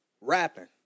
rapping